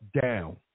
down